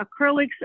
acrylics